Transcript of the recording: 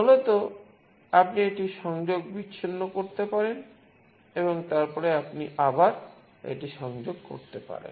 মূলত আপনি এটি সংযোগ বিচ্ছিন্ন করতে পারেন এবং তারপরে আপনি আবার এটি সংযোগ করতে পারেন